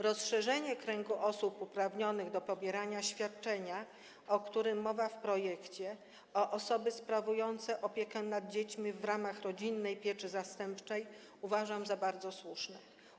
Rozszerzenie kręgu osób uprawnionych do pobierania świadczenia, o którym mowa w projekcie, o osoby sprawujące opiekę nad dziećmi w ramach rodzinnej pieczy zastępczej uważam za bardzo słuszne.